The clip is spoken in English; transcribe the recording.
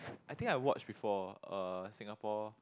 I think I watch before uh Singapore